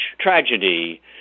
tragedy